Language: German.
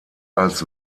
als